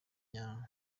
w’amaguru